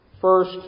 First